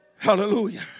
Hallelujah